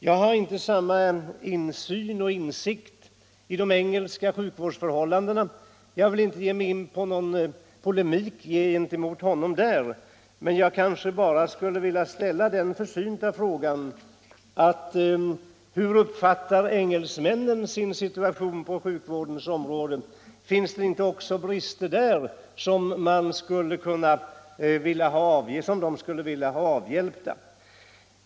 Jag har inte samma insikt i de engelska sjukvårdsförhållandena, och jag vill inte ge mig in på någon polemik med herr Romanus på den punkten. Jag vill emellertid ställa den försynta frågan: Hur uppfattar engelsmännen sin situation på sjukvårdsområdet? Finns det inte också där brister som de skulle vilja ha avhjälpta?